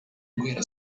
guhera